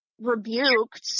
rebuked